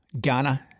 Ghana